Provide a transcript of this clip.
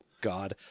God